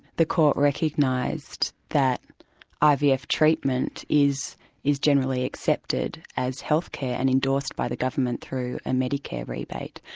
the court recognized that ivf treatment is is generally accepted as health care and endorsed by the government through a medicare rebate.